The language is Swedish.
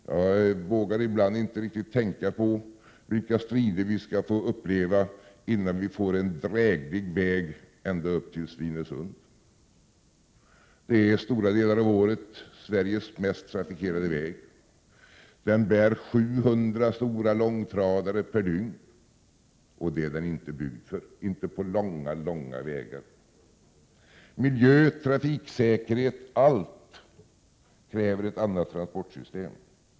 Jag vågar ibland inte riktigt tänka på vilka strider vi skall få uppleva, innan vi får en dräglig väg ända upp till Svinesund. Den är stora delar av året Sveriges mest trafikerade väg. Den bär 700 stora långtradare per dygn, och det är den inte byggd för på långa vägar när. Miljö, trafiksäkerhet — allt kräver ett annat transportsystem.